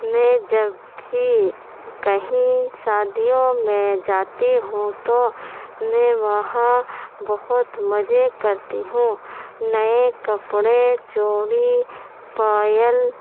میں جب بھی کہیں شادیوں میں جاتی ہوں تو میں وہاں بہت مزے کرتی ہوں نئے کپڑے چوڑی پائل